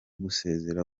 gusezera